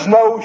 no